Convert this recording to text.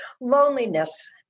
Loneliness